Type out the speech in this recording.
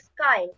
sky